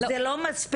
זה לא מספיק,